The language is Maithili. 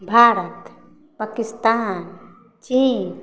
भारत पाकिस्तान चीन